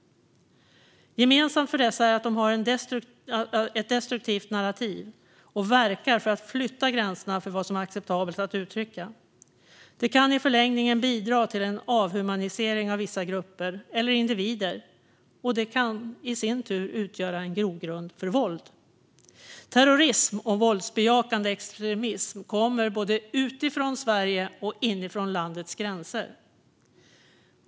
Gemensamt för dessa är att de har ett destruktivt narrativ och verkar för att flytta gränserna för vad som är acceptabelt att uttrycka. Det kan i förlängningen bidra till en avhumanisering av vissa grupper eller individer, och detta kan i sin tur utgöra en grogrund för våld. Terrorism och våldsbejakande extremism kommer både från utanför Sverige och från inom landets gränser.